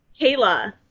Kayla